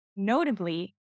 Notably